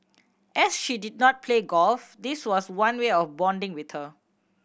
as she did not play golf this was one way of bonding with her